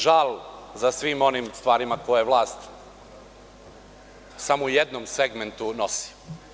Žal za svim onim stvarima koje vlast samo u jednom segmentu nosi.